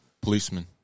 Policeman